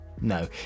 no